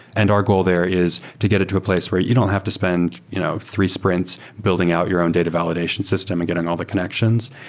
and our goal there is to get it to a place where you don't have to spend you know three sprints building out your own data validation system and getting all the connections.